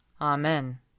Amen